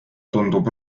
tundub